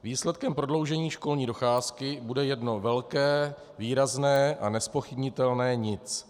Výsledkem prodloužení školní docházky bude jedno velké, výrazné a nezpochybnitelné nic.